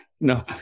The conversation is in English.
No